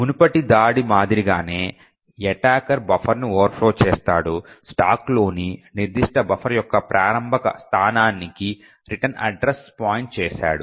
మునుపటి దాడి మాదిరిగానే ఎటాకర్ బఫర్ను ఓవర్ ఫ్లో చేస్తాడు స్టాక్లోని నిర్దిష్ట బఫర్ యొక్క ప్రారంభక స్థానానికి రిటర్న్ అడ్రస్ పాయింట్ చేశాడు